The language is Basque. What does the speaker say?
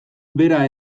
bera